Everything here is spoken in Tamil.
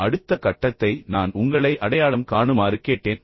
அடுத்த கட்டத்தை நான் உங்களை அடையாளம் காணுமாறு கேட்டேன்